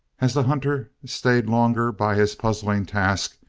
as the hunter stayed longer by his puzzling task,